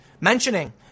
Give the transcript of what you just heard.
mentioning